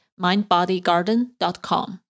mindbodygarden.com